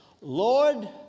Lord